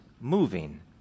moving